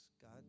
God